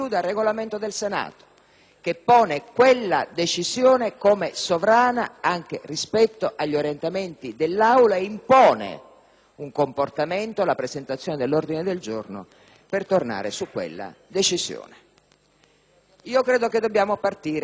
che pone quella decisione come sovrana anche rispetto agli orientamenti dell'Aula e impone un comportamento - la presentazione dell'ordine del giorno - per tornare su quella decisione. Credo che dobbiamo partire da questo.